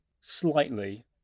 slightly